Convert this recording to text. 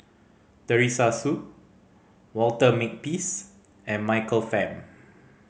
Teresa Hsu Walter Makepeace and Michael Fam